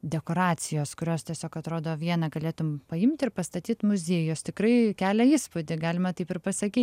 dekoracijos kurios tiesiog atrodo viena galėtum paimt ir pastatyt muziejų jos tikrai kelia įspūdį galima taip ir pasakyt